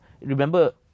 remember